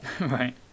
Right